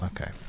Okay